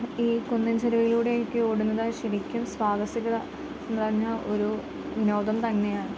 ഈ കുന്നിൻ ചെരുവിലൂടെ ഒക്കെ ഓടുന്നത് ശരിക്കും സാഹസികത നിറഞ്ഞ ഒരു വിനോദം തന്നെയാണ്